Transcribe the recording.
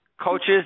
coaches